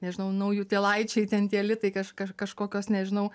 nežinau naujutėlaičiai ten tie litai kaž kaž kažkokios nežinau